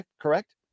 correct